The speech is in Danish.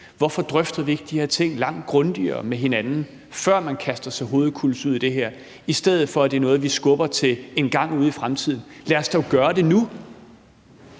Hvorfor drøfter vi ikke de her ting langt grundigere med hinanden, før man kaster sig hovedkulds ud i det her, i stedet for at det er noget, vi skubber til en gang ude i fremtiden? Lad os dog gøre det nu!